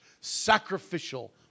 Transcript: sacrificial